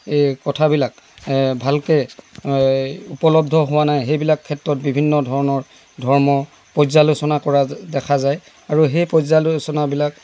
এই কথাবিলাক ভালকৈ উপলব্ধ হোৱা নাই সেইবিলাক ক্ষেত্ৰত বিভিন্ন ধৰণৰ ধৰ্ম পৰ্যালোচনা কৰা দেখা যায় আৰু সেই পৰ্যালোচনাবিলাক